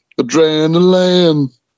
adrenaline